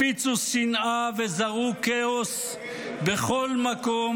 הפיצו שנאה וזרעו כאוס בכל מקום,